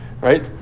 Right